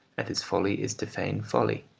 and his folly is to feign folly.